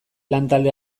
lantalde